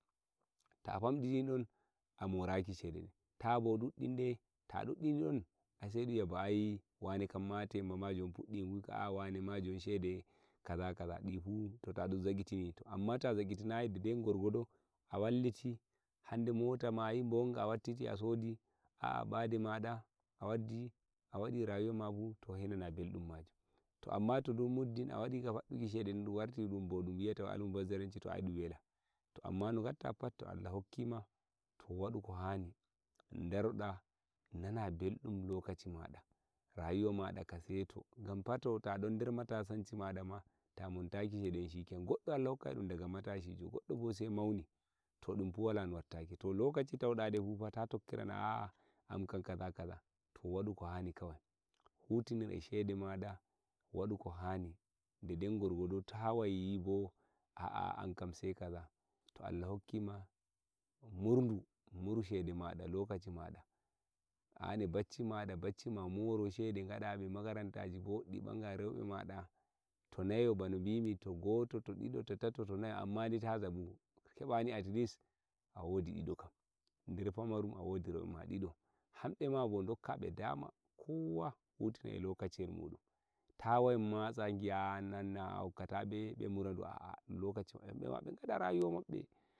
ta famdi dinol a moraki shede den ta bo duddin nden ta duddini don ai sei dum yi'a ba ai wane kamma tema ma njon fuddi nguika a'a wane ma njon shede kaza kaza di fu to ta don zakitini to amma to ta zakitinayi de- den gorgodo a walliti hande mota a yi mbonga a wattiti a sodi a'a mbade mada a waddi a wadi rayuwa ma bo to he nana mbeldum majum to amma to dou muddin a wadi ka fadduki shede no dum wartiri dum bo wi'a ta al mubazzaranci to ai dum wela to amma no ngatta pat to Allah hokki ma to wadu ko hani ndaro da nana mbeldum lokaci mada rayuwa mada ka seto ngam fa ta don nder matasanci mada ma ta montaki shede den shike nan goddo Allah hokkai dum daga matashijo goddo bo sei mauni to dum fu wala no wattake to lokaci tauda de fu ta tokkirana an kam kaza kaza to wadu ko hani kawai hutinir e shede mada wadu ko hani de- den gorgodo ta wai yi bo a'a an kam sei kaza to Allah hokki ma mur ndu muru shede mada lokaci mada an e bacci mada bacci moro shede ngada be makaranta ji boddi nbaga reube mada to nayo bano mbimi to goto to dido to tato to nayo to amma dai ta jabu nkeba ni at least a wodi dido kam nder pamarum a wodi reube ma dido hambe ma bo dokka be dama kowa hutina e lokaciyel mudum ta wai matsa ngiya a'a an a hokkata be nbe mura ndu a'a dum lokaci mabbe hambe ma nbe ngada rayuwa mabbe.